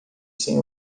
sem